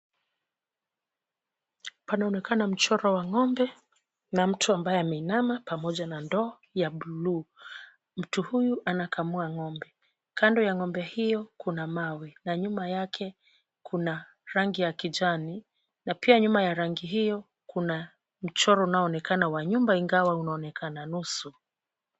Panaonekana mchoro wa ng'ombe na mtu ambaye ameinama pamoja na ndoo ya bluu. Mtu huyu anakamua ng'ombe. Kando ya ng'ombe hiyo kuna mawe na nyuma yake kuna rangi ya kijani na pia nyuma ya rangi hiyo kuna mchoro unaonekana wa nyumba ingawa unaonekana nusu.